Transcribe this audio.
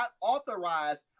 authorized